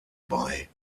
bei